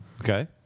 Okay